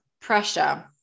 pressure